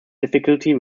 difficulty